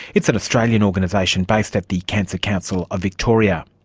it's an australian organisation based at the cancer council of victoria.